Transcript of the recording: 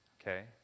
okay